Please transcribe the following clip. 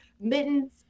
mittens